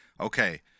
okay